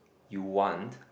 you want